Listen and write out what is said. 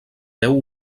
deu